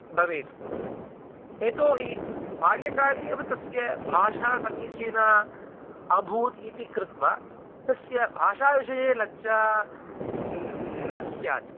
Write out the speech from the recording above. भवेत् यतो हि बाल्यकाले एव तस्य भाषा समीचीना अभूत् इति कृत्वा तस्य भाषा विषये लज्जा न् न स्यात्